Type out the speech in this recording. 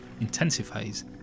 intensifies